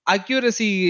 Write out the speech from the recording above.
Accuracy